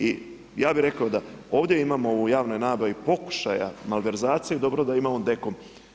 I ja bi rekao da ovdje imamo u javnoj nabavi pokušaja malverzacija, dobro da imamo DKOM.